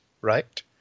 right